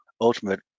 ultimate